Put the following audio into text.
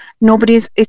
nobody's